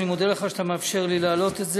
אני מודה לך על שאתה מאפשר לי להעלות את זה.